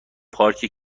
پارکی